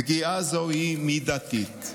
פגיעה זו היא מידתית.